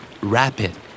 Rapid